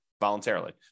voluntarily